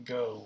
go